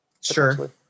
sure